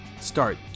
start